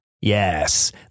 Yes